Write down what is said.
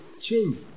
change